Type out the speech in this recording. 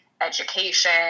education